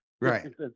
right